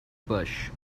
bush